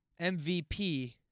MVP